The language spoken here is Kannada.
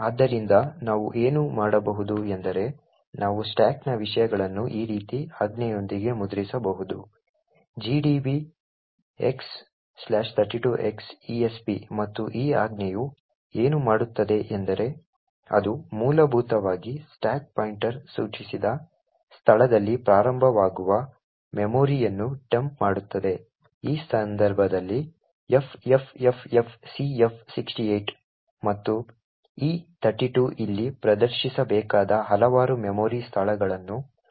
ಆದ್ದರಿಂದ ನಾವು ಏನು ಮಾಡಬಹುದು ಎಂದರೆ ನಾವು ಸ್ಟಾಕ್ನ ವಿಷಯಗಳನ್ನು ಈ ರೀತಿಯ ಆಜ್ಞೆಯೊಂದಿಗೆ ಮುದ್ರಿಸಬಹುದು gdb x32x esp ಮತ್ತು ಈ ಆಜ್ಞೆಯು ಏನು ಮಾಡುತ್ತದೆ ಎಂದರೆ ಅದು ಮೂಲಭೂತವಾಗಿ ಸ್ಟಾಕ್ ಪಾಯಿಂಟರ್ ಸೂಚಿಸಿದ ಸ್ಥಳದಲ್ಲಿ ಪ್ರಾರಂಭವಾಗುವ ಮೆಮೊರಿಯನ್ನು ಡಂಪ್ ಮಾಡುತ್ತದೆ ಈ ಸಂದರ್ಭದಲ್ಲಿ ffffcf68 ಮತ್ತು ಈ 32 ಇಲ್ಲಿ ಪ್ರದರ್ಶಿಸಬೇಕಾದ ಹಲವಾರು ಮೆಮೊರಿ ಸ್ಥಳಗಳನ್ನು ಸೂಚಿಸುತ್ತದೆ